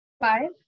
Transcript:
Five